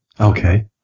Okay